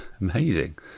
amazing